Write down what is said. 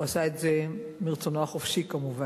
הוא עשה את זה מרצונו החופשי כמובן.